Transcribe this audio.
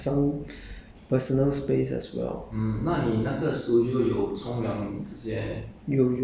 but sometimes I stay at my studio lah so I have some personal space as well